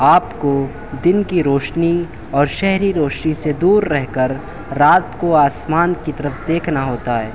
آپ کو دن کی روشنی اور شہری روشنی سے دور رہ کر رات کو آسمان کی طرف دیکھنا ہوتا ہے